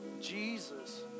Jesus